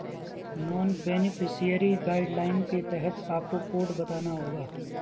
non beneficiary guidelines के तहत आपको कोड बताना होगा